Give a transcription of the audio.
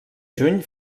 juny